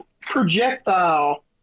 projectile